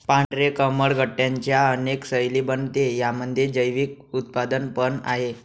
पांढरे कमळ गट्ट्यांच्या अनेक शैली बनवते, यामध्ये जैविक उत्पादन पण आहे